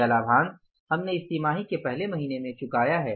यह लाभांश हमने इस तिमाही के पहले महीने में चुकाया है